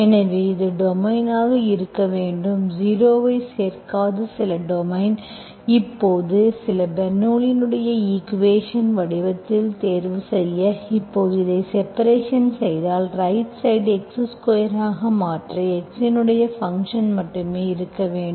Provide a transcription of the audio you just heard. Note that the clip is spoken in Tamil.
எனவே இது டொமைன் ஆக இருக்க வேண்டும் ஜீரோ ஐ சேர்க்காத சில டொமைன் இப்போது இது பெர்னோள்ளியின் ஈக்குவேஷன் வடிவத்தில் தேர்வு செய்ய இப்போது இதை செப்பரேஷன் செய்தால் ரைட் சைடு x ஸ்கொயர் ஆக மாற்ற x இன் ஃபங்க்ஷன் மட்டுமே இருக்க வேண்டும்